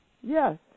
Yes